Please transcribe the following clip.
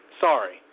Sorry